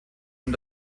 und